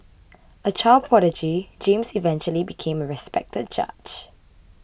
a child prodigy James eventually became a respected judge